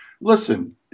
listen